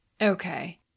Okay